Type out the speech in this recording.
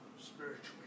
spiritually